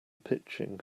pitching